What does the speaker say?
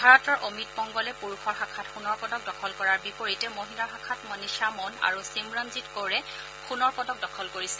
ভাৰতৰ অমিত পংগলে পুৰুষৰ শাখাত সোণৰ পদক দখল কৰাৰ বিপৰীতে মহিলা শাখাত মনিষা মৌন আৰু ছিমৰানজিৎ কৌৰে সোণৰ পদক দখল কৰিছে